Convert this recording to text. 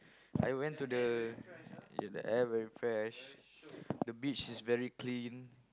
I went to the the air very fresh the beach is very clean